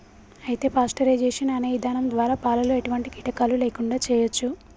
అయితే పాస్టరైజేషన్ అనే ఇధానం ద్వారా పాలలో ఎటువంటి కీటకాలు లేకుండా చేయచ్చు